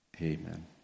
Amen